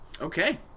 Okay